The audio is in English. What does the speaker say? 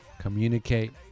Communicate